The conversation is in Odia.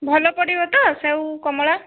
ଭଲ ପଡ଼ିବ ତ ସେଉ କମଳା